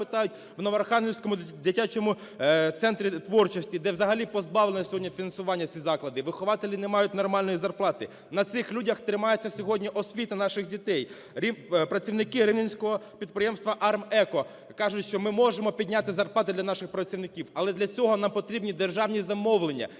питають у Новоархангельському дитячому центрі творчості, де взагалі позбавлені сьогодні фінансування ці заклади, вихователі не мають нормальної зарплати, на цих людях тримається сьогодні освіта наших дітей. Працівники Рівненського підприємства "АРМ-ЕКО" кажуть, що ми можемо підняти зарплати для наших працівників, але для цього нам потрібні державні замовлення,